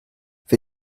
für